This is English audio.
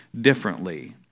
differently